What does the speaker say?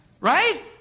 right